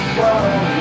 whoa